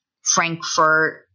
Frankfurt